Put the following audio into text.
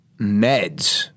meds